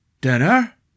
Dinner